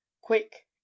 quick